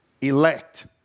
Elect